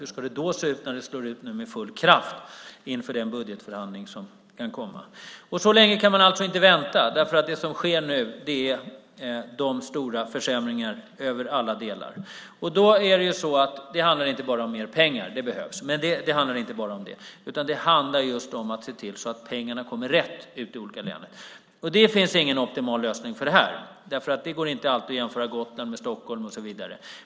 Hur ska det då se ut när finanskrisen nu slår till med full kraft inför den budgetförhandling som kan komma? Så länge kan man alltså inte vänta därför att det som nu sker är stora försämringar över alla delar. Då handlar det inte bara om mer pengar. Det behövs. Men det handlar inte bara om det, utan det handlar också just om att se till att pengarna kommer rätt ute i de olika länen. Det finns ingen optimal lösning för det eftersom det inte alltid går att jämföra Gotland med Stockholm och så vidare.